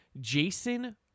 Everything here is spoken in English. Jason